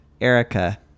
Erica